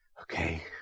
Okay